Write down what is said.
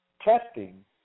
testing